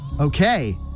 Okay